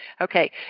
Okay